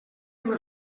una